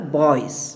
boys